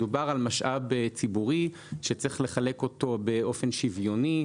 מדובר על משאב ציבורי שצריך לחלק אותו באופן שוויוני,